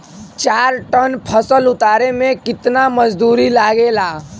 चार टन फसल उतारे में कितना मजदूरी लागेला?